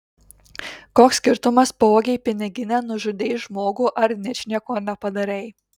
koks skirtumas pavogei piniginę nužudei žmogų ar ničnieko nepadarei